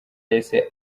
yahise